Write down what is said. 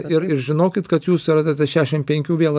ir ir žinokit kad jūs arta ta šešiasdešim penkių vėl